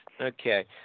Okay